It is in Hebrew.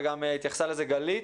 וגם התייחסה לזה גלית.